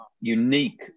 unique